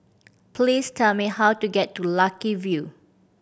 please tell me how to get to Lucky View